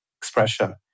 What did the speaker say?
expression